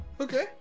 Okay